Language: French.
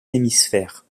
hémisphères